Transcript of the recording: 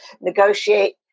negotiate